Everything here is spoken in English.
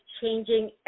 changing